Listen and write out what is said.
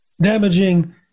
damaging